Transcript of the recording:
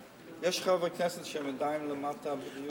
יש חברי כנסת שהם עדיין למטה בדיון.